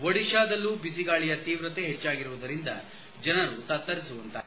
ಒಡಿಶಾದಲ್ಲೂ ಬಿಸಿಗಾಳಿಯ ತೀವ್ರತೆ ಹೆಚ್ಚಾಗಿರುವುದರಿಂದ ಜನರು ತತ್ತರಿಸುವಂತಾಗಿದೆ